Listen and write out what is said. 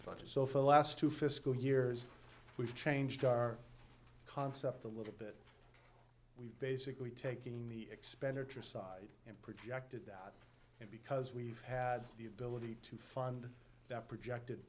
budget so for the last two fiscal years we've changed our concept a little bit we've basically taking the expenditure side and projected that because we've had the ability to fund that projected